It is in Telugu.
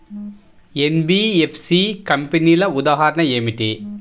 ఎన్.బీ.ఎఫ్.సి కంపెనీల ఉదాహరణ ఏమిటి?